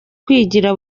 kwigira